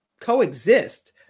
coexist